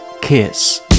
Kiss